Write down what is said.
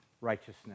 righteousness